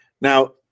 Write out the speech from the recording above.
Now